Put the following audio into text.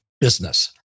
business